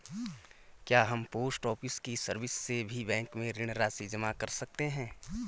क्या हम post office की सर्विस से भी बैंक में ऋण राशि जमा कर सकते हैं?